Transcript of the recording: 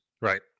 Right